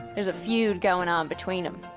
there's a feud goin' on between em.